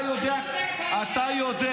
אני אומר את האמת, אתה יודע,